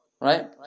Right